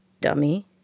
Dummy